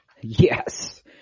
Yes